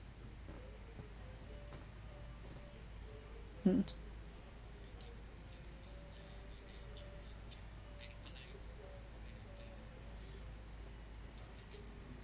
mm